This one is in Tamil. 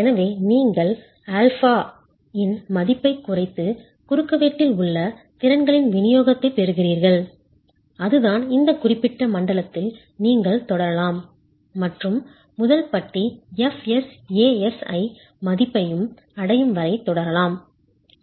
எனவே நீங்கள் α இன் மதிப்பைக் குறைத்து குறுக்குவெட்டில் உள்ள திறன்களின் விநியோகத்தைப் பெறுவீர்கள் அதுதான் இந்த குறிப்பிட்ட மண்டலத்தில் நீங்கள் தொடரலாம் மற்றும் முதல் பட்டி Fs Asi மதிப்பை அடையும் வரை தொடரலாம்